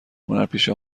هنرپیشه